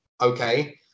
okay